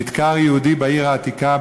נדקר יהודי בעיר העתיקה,